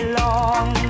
long